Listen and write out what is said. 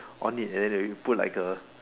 on it and then that we put like a